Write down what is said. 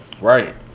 Right